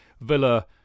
Villa